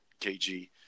KG